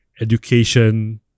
education